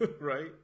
right